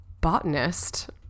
botanist